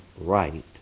right